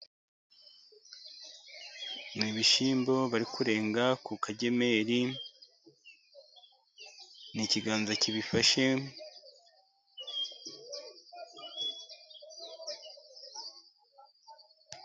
Ni ibishyimbo bari kurenga ku kagemeri, ni ikiganza kibifashe.